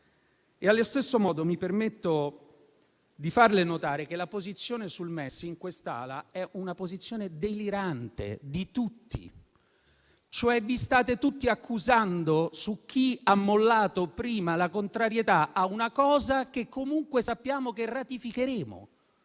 Allo stesso modo mi permetto di farle notare che quella sul MES in quest'Aula è una posizione delirante da parte di tutti: vi state tutti accusando su chi ha mollato prima la contrarietà a una cosa che comunque sappiamo che ratificheremo.